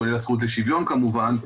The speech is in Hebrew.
כולל הזכות לשוויון כמובן,